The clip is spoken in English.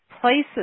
places